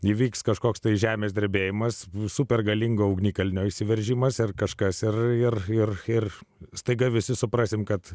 įvyks kažkoks tai žemės drebėjimas super galingo ugnikalnio išsiveržimas ar kažkas ir ir ir ir staiga visi suprasime kad